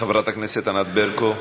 חברת הכנסת ענת ברקו.